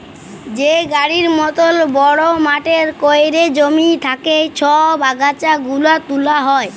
যে গাড়ির মতল বড়হ মটরে ক্যইরে জমি থ্যাইকে ছব আগাছা গুলা তুলা হ্যয়